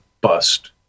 bust